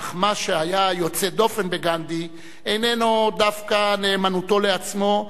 אך מה שהיה יוצא דופן בגנדי איננו דווקא נאמנותו לעצמו,